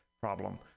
problem